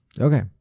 okay